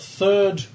third